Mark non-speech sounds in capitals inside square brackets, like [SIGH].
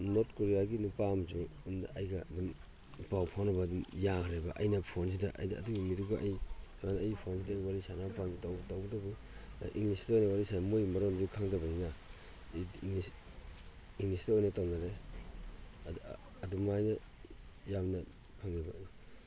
north ꯀꯣꯔꯤꯌꯥꯒꯤ ꯅꯨꯄꯥ ꯑꯃꯁꯨ ꯑꯩꯒ ꯑꯗꯨꯝ ꯄꯥꯎ ꯐꯥꯎꯅꯕ ꯑꯗꯨꯝ ꯌꯥꯒ꯭ꯔꯦꯕ ꯑꯩꯅ ꯐꯣꯟꯁꯤꯗ ꯍꯥꯏꯗꯤ ꯑꯗꯨꯒꯤ ꯃꯤꯗꯨꯒ ꯑꯩ ꯑꯩ ꯐꯣꯟꯁꯤꯗ ꯋꯥꯔꯤ ꯁꯥꯟꯅꯕ ꯐꯪꯏ ꯇꯧꯕꯇꯕꯨ ꯏꯪꯂꯤꯁꯇ ꯑꯣꯏꯅ ꯋꯥꯔꯤ ꯁꯥꯟꯅꯩ ꯃꯣꯏ ꯃꯔꯣꯟꯗꯤ ꯈꯪꯗꯕꯅꯤꯅ ꯏꯪꯂꯤꯁꯇ ꯑꯣꯏꯅ ꯇꯧꯅꯔꯦ ꯑꯗꯨꯃꯥꯏꯅ ꯌꯥꯝꯅ [UNINTELLIGIBLE]